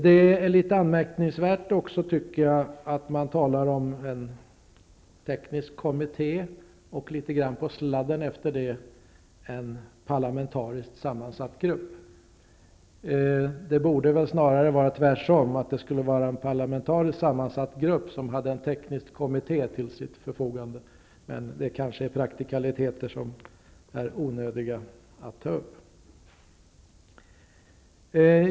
Det är anmärkningsvärt att det talas om en teknisk kommitté och sedan litet grand på ''sladden'' om en parlamentarisk sammansatt grupp. Det borde väl snarare vara tvärt om, dvs. en parlamentarisk sammansatt grupp som har en teknisk kommitté till sitt förfogande. Men det är kanske praktikaliteter som är onödiga att ta upp här.